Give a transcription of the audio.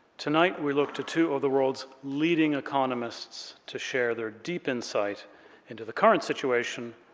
tonight, we look to two of the world's leading economists to share their deep insight into the current situation,